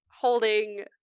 holding